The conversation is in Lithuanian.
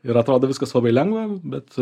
ir atrodo viskas labai lengva bet